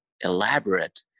elaborate